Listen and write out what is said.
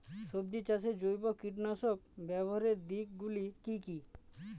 সবজি চাষে জৈব কীটনাশক ব্যাবহারের দিক গুলি কি কী?